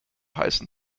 heißen